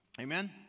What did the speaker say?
Amen